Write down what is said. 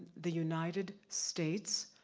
the united states,